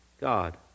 God